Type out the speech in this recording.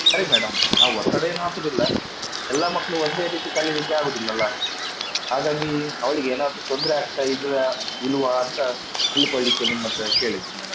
ಸರಿ ಮೇಡಮ್ ನಾವು ಒತ್ತಡ ಏನು ಹಾಕುವುದಿಲ್ಲ ಎಲ್ಲ ಮಕ್ಕಳು ಒಂದೇ ರೀತಿ ಕಲಿಯಲಿಕ್ಕೆ ಆಗುವುದಿಲ್ಲಲ್ಲ ಹಾಗಾಗಿ ಅವಳಿಗೆ ಏನಾದರೂ ತೊಂದರೆ ಆಗ್ತಾ ಇದೆಯಾ ಇಲ್ವಾ ಅಂತ ತಿಳ್ಕೊಳ್ಲಿಕ್ಕೆ ನಿಮ್ಮ ಹತ್ರ ಕೇಳಿದ್ದು ಮೇಡಮ್